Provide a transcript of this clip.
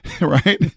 right